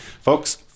Folks